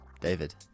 David